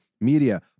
media